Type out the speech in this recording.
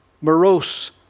morose